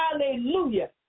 hallelujah